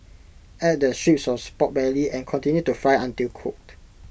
add the strips Pork Belly and continue to fry until cooked